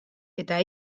eta